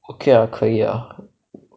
okay ah 可以 ah